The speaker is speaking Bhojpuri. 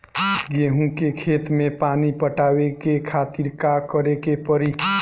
गेहूँ के खेत मे पानी पटावे के खातीर का करे के परी?